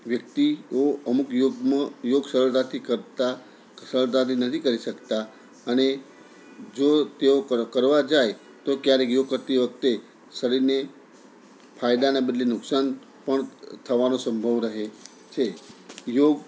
વ્યક્તિઓ અમુક યોગમાં યોગ સરળતાથી કરતા સરળતાથી નથી કરી શકતાં અને જો તેઓ કરવા જાય તો ક્યારેક યોગ કરતી વખતે શરીરને ફાયદાના બદલે નુકસાન પણ થવાનો સંભવ રહે છે યોગ